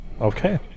okay